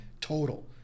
total